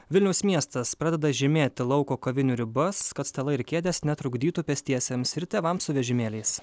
vilniaus miestas pradeda žymėti lauko kavinių ribas kad stalai ir kėdės netrukdytų pėstiesiems ir tėvams su vežimėliais